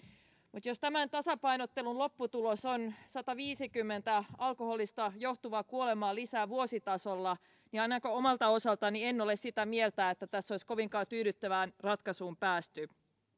mutta jos tämän tasapainottelun lopputulos on sataviisikymmentä alkoholista johtuvaa kuolemaa lisää vuositasolla niin ainakaan omalta osaltani en ole sitä mieltä että tässä olisi kovinkaan tyydyttävään ratkaisuun päästy